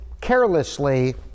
carelessly